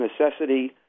necessity